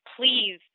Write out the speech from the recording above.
please